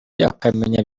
akamenya